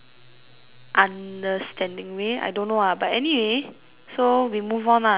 understanding way I don't know lah but anyway so we move on lah to which one